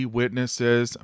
witnesses